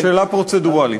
שאלה פרוצדורלית.